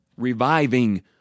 reviving